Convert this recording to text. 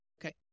Okay